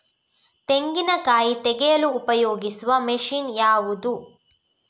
ತೆಂಗಿನಕಾಯಿ ತೆಗೆಯಲು ಉಪಯೋಗಿಸುವ ಮಷೀನ್ ಯಾವುದು?